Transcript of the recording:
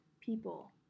people